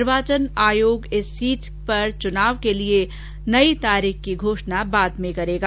निर्वाचन आयोग इस सीट पर चूनाव के लिए नई तारीख की घोषणा बाद में करेगा